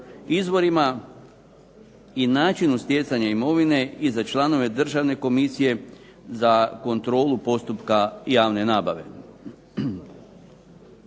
izvorima i načinu stjecanja imovine i za članove Državne komisije za kontrolu postupka javne nabave.